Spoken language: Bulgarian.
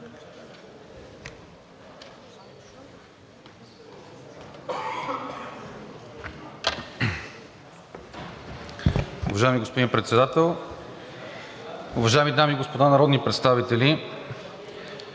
Уважаеми господин Председател, уважаеми дами и господа народни представители!